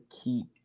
keep